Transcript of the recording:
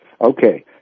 Okay